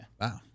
Wow